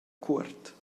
cuort